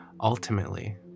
Ultimately